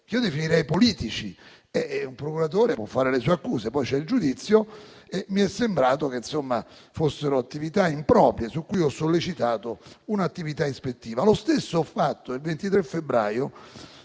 che io definirei politici. Un procuratore può fare le sue accuse, poi c'è il giudizio. Mi è sembrato che fossero attività improprie e per tale ragione ho sollecitato un'attività ispettiva. Lo stesso ho fatto il 23 febbraio